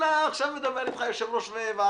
יכול להגיד לו: